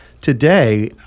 today